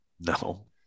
No